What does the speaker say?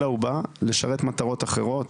אלא הוא בא לשרת מטרות אחרות.